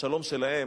השלום שלהם